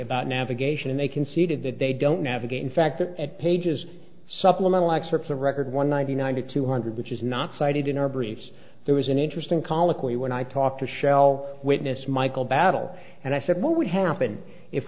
about navigation and they conceded that they don't navigate in fact that at page's supplemental excerpts of record one ninety nine to two hundred which is not cited in our briefs there was an interesting colloquy when i talked to shell witness michael battle and i said what would happen if